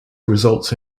results